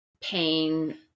pain